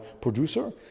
producer